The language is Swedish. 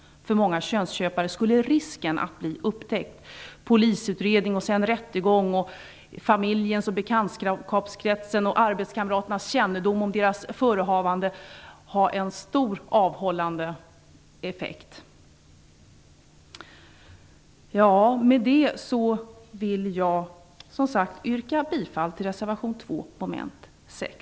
För många könsköpare skulle risken att bli upptäckt, med polisutredning och rättegång samt familjens, bekantskapskretsens och arbetskamraternas kännedom om deras förehavanden som följd, ha en stor avhållande effekt. Med detta vill jag, som sagt, yrka bifall till reservation 2, mom. 6.